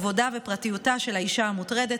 כבודה ופרטיותה של האישה המוטרדת,